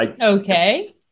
Okay